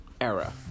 era